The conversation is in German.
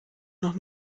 noch